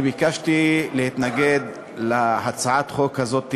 אני ביקשתי להתנגד להצעה הזאת,